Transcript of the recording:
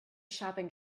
shopping